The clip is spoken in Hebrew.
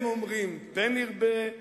הם אומרים "פן ירבה",